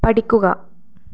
പഠിക്കുക